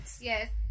yes